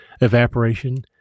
evaporation